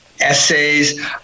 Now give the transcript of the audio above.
essays